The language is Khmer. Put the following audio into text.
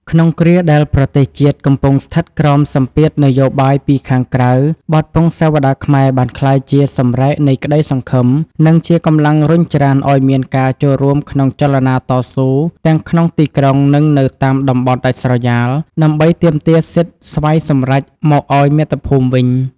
ក្នុងគ្រាដែលប្រទេសជាតិកំពុងស្ថិតក្រោមសម្ពាធនយោបាយពីខាងក្រៅ បទពង្សាវតារខ្មែរបានក្លាយជាសម្រែកនៃក្តីសង្ឃឹម និងជាកម្លាំងរុញច្រានឱ្យមានការចូលរួមក្នុងចលនាតស៊ូទាំងក្នុងទីក្រុង និងនៅតាមតំបន់ដាច់ស្រយាល ដើម្បីទាមទារសិទ្ធិស្វ័យសម្រេចមកឱ្យមាតុភូមិវិញ។